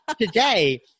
today